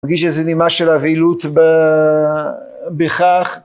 מרגיש איזו נימה של אבילות בכך